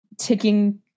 ticking